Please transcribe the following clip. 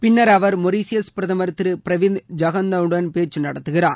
பின்னர் அவர் மொரீஷியஸ் பிரதமர் திரு பிரவிந்த் ஜெகந்நாத்துடன் பேச்சு நடத்துகிறார்